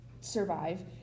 survive